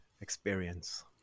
experience